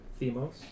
Themos